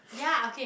ya okay